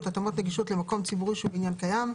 (התאמות נגישות למקום ציבורי שהוא בניין קיים),